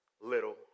little